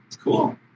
Cool